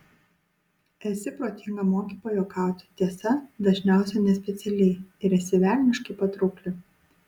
esi protinga moki pajuokauti tiesa dažniausiai nespecialiai ir esi velniškai patraukli